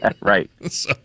Right